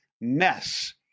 mess